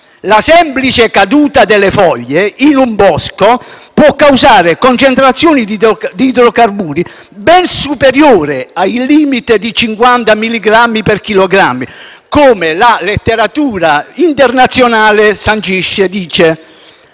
La semplice caduta delle foglie in un bosco può causare concentrazioni di idrocarburi ben superiori al limite di 50 milligrammi per chilogrammo, come la letteratura internazionale sancisce.